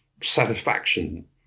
satisfaction